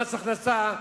מס הכנסה,